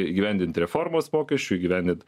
įgyvendinti reformos pokyčių įgyvendint